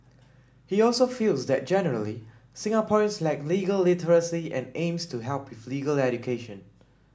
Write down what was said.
he also feels that generally Singaporeans lack legal literacy and aims to help with legal education